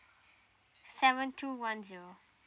seven two one zero